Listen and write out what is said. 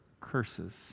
curses